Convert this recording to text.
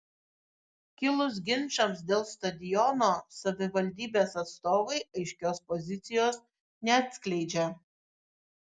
kilus ginčams dėl stadiono savivaldybės atstovai aiškios pozicijos neatskleidžia